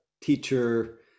teacher